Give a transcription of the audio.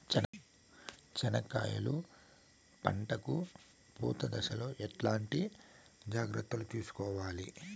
చెనక్కాయలు పంట కు పూత దశలో ఎట్లాంటి జాగ్రత్తలు తీసుకోవాలి?